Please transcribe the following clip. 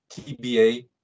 TBA